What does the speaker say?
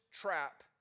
trap